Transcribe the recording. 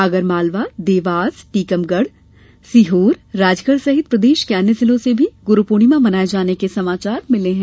आगर मालवा देवास टीकमगढ़ सीहोर राजगढ़ सहित प्रदेश के अन्य जिलों से गुरू पूर्णिमा मनाये जाने के समाचार मिले हैं